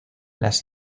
las